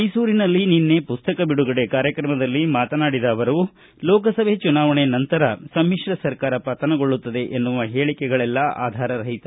ಮೈಸೂರಿನಲ್ಲಿ ನಿನ್ನೆ ಮಸ್ತಕ ಬಿಡುಗಡೆ ಕಾರ್ಯಕ್ರಮದಲ್ಲಿ ಮಾತನಾಡಿದ ಅವರು ಲೋಕಸಭೆ ಚುನಾವಣೆ ನಂತರ ಸಮಿಕ್ರ ಸರ್ಕಾರ ಪತನಗೊಳ್ಳುತ್ತದೆ ಎನ್ನುವ ಹೇಳಿಕೆಗಳೆಲ್ಲ ಆಧಾರರಹಿತ